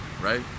right